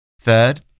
Third